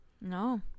No